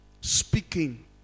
speaking